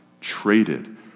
traded